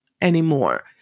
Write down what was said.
anymore